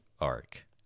Arc